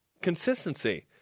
Consistency